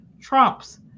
trumps